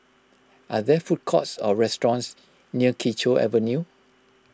are there food courts or restaurants near Kee Choe Avenue